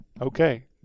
Okay